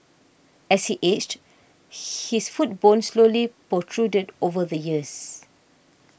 as he aged his foot bone slowly protruded over the years